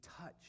touch